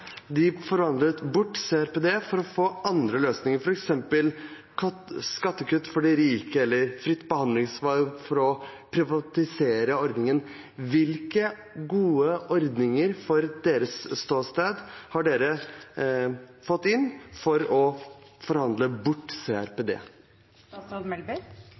De forhandlet bort CRPD for å få andre løsninger, f.eks. skattekutt for de rike eller fritt behandlingsvalg for å privatisere ordninger. Hvilke gode ordninger har Venstre fått inn, sett fra deres ståsted, for å kunne forhandle bort